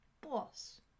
boss